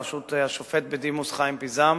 בראשות השופט בדימוס חיים פיזם.